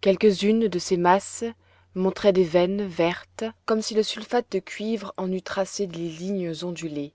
quelques-unes de ces masses montraient des veines vertes comme si le sulfate de cuivre en eût tracé les lignes ondulées